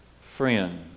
friend